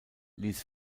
ließ